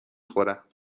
خورم